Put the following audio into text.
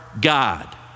God